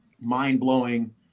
mind-blowing